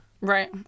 right